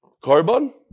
Carbon